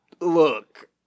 look